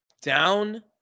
down